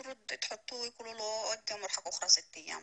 אלא יש קול אחר שאומר שגם